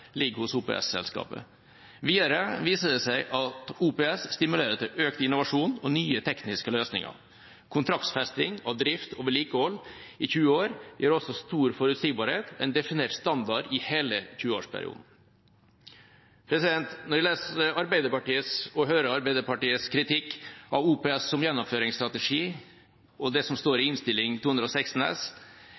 ligger hos OPS-selskapet. Videre viser det seg at OPS stimulerer til økt innovasjon og nye tekniske løsninger. Kontraktsfesting, drift og vedlikehold i 20 år gir også stor forutsigbarhet og en definert standard i hele tjueårsperioden. Når jeg leser og hører Arbeiderpartiets kritikk av OPS som gjennomføringsstrategi og det som står i Innst. 216 S